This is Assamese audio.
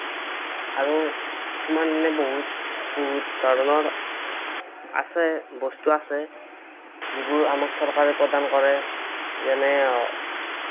আৰু কিছুমান এনে বহুত বহুত ধৰণৰ আছে বস্তু আছে যিবোৰ আমাক চৰকাৰে প্ৰদান কৰে যেনে